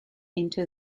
into